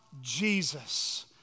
Jesus